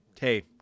Hey